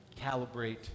calibrate